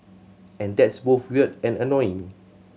and that's both weird and annoying